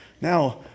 Now